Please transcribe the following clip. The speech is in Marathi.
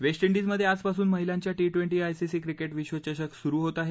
वेस्ट इंडिजमध्ये आजपासून महिलांचा टी ट्वेंटी आयसीसी क्रिकेट विश्वचषक सुरू होत आहे